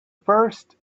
first